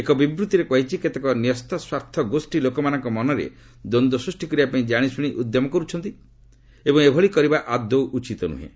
ଏକ ବିବୃତ୍ତିରେ କୁହାଯାଇଛି କେତେକ ନ୍ୟସ୍ତ ସ୍ୱାର୍ଥ ଗୋଷୀ ଲୋକମାନଙ୍କ ମନରେ ଦ୍ୱନ୍ଦ୍ୱ ସୃଷ୍ଟି କରିବା ପାଇଁ ଜାଣିଶୁଣି ଉଦ୍ୟମ କରୁଛନ୍ତି ଏବଂ ଏଭଳି କରିବା ଆଦୌ ଉଚିତ୍ ନୁହଁ